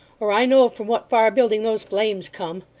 or i know from what far building those flames come.